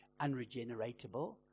unregeneratable